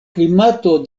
klimato